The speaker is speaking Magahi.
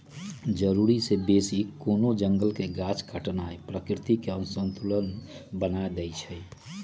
जरूरी से बेशी कोनो जंगल के गाछ काटनाइ प्राकृतिक असंतुलन बना देइछइ